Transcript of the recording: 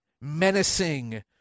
menacing